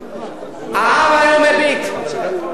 העם היום מביט, איפה מופז?